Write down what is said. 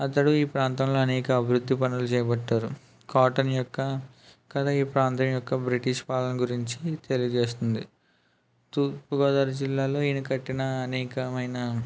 అతడు ఈ ప్రాంతంలో అనేక అభివృద్ధి పనులు చేపట్టారు కాటన్ యొక్క కథ ఈ ప్రాంతం యొక్క బ్రిటిష్ పాలన గురించి తెలియజేస్తుంది తూర్పు గోదావరి జిల్లాలో ఈయన కట్టిన అనేకమైన